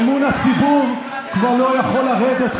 אמון הציבור כבר לא יכול לרדת,